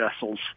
vessels